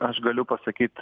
aš galiu pasakyt